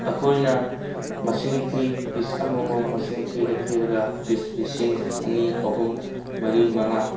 ꯑꯩꯈꯣꯏꯅ ꯃꯁꯤꯡ ꯊꯤ ꯄꯤꯁ ꯑꯃꯃꯝ ꯃꯁꯤꯡ ꯊꯤꯔ ꯊꯤꯔꯒ ꯄꯤꯁ ꯂꯤꯁꯤꯡ ꯑꯅꯤ ꯑꯍꯨꯝ ꯃꯔꯤ ꯃꯉꯥ